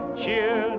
cheer